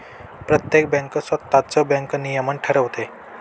प्रत्येक बँक स्वतःच बँक नियमन ठरवते